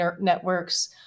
networks